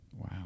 Wow